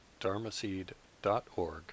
dharmaseed.org